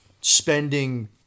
spending